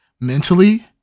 mentally